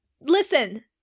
Listen